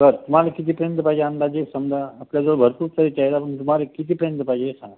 बरं तुम्हाला कितीपर्यंत पाहिजे अंदाजे समजा आपल्याजवळ भरपूर प्राईजच्या आहेत हां पण तुम्हाला कितीपर्यंत पाहिजे हे सांगा